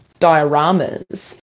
dioramas